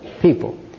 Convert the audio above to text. people